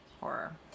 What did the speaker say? horror